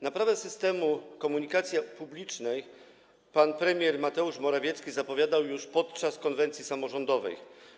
Naprawę systemu komunikacji publicznej pan premier Mateusz Morawiecki zapowiadał już podczas konwencji samorządowej.